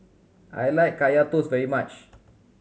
I like Kaya Toast very much